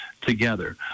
together